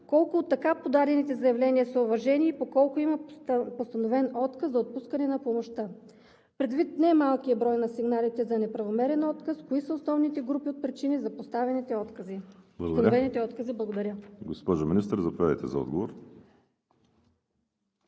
колко от така подадените заявления са уважени; по колко има постановен отказ за отпускане на помощта? Предвид немалкия брой на сигналите за неправомерен отказ, кои са основните групи от причини за постановените откази? Благодаря. ПРЕДСЕДАТЕЛ ВАЛЕРИ СИМЕОНОВ: Благодаря.